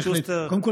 במינון